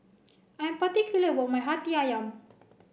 I am particular about my Hati Ayam